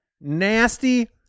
nasty